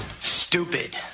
stupid